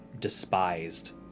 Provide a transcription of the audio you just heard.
despised